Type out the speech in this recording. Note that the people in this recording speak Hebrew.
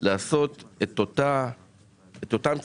לעשות את אותם צעדים,